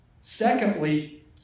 Secondly